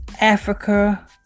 Africa